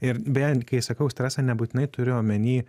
ir beje kai sakau stresą nebūtinai turiu omeny